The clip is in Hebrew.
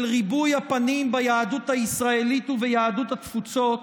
ריבוי הפנים ביהדות הישראלית וביהדות התפוצות,